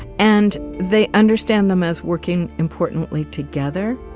and they understand them as working, importantly, together.